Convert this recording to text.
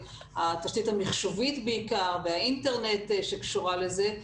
התשתית המחשובית בעיקר והאינטרנט שקשורה לזה,